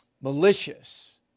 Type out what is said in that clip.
malicious